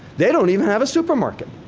they don't even have a supermarket.